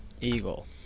Eagle